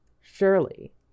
Surely